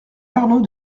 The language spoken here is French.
arnau